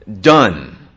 done